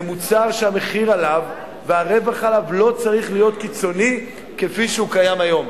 כמוצר שהמחיר שלו והרווח עליו לא צריכים להיות קיצוניים כפי שקיים היום.